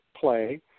play